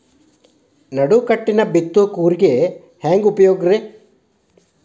ನಡುಕಟ್ಟಿನ ಬಿತ್ತುವ ಕೂರಿಗೆ ಹೆಂಗ್ ಉಪಯೋಗ ರಿ?